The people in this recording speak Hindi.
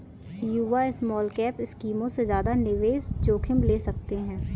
युवा स्मॉलकैप स्कीमों में ज्यादा निवेश जोखिम ले सकते हैं